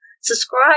subscribe